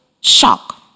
shock